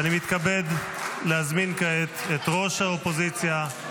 אני מתכבד להזמין כעת את ראש האופוזיציה,